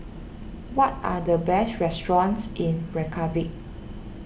what are the best restaurants in Reykjavik